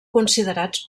considerats